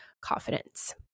confidence